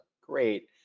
Great